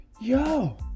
yo